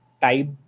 type